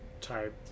type